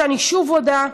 שאני שוב מודה לה,